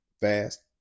fast